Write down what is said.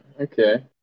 Okay